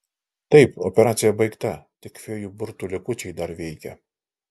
taip operacija baigta tik fėjų burtų likučiai dar veikia